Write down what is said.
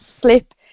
slip